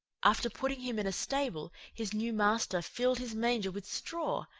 after putting him in a stable, his new master filled his manger with straw,